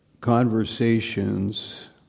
Conversations